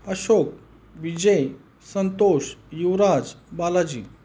Ashok Vijay Santosh Yuvraj Balaji